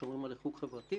שומרים על ריחוק חברתי,